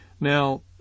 Now